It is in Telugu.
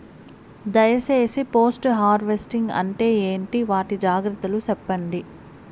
దయ సేసి పోస్ట్ హార్వెస్టింగ్ అంటే ఏంటి? వాటి జాగ్రత్తలు సెప్పండి?